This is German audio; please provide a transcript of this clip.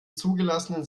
zugelassenen